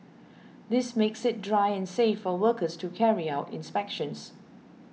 this makes it dry and safe for workers to carry out inspections